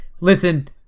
listen